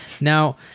Now